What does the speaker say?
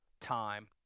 time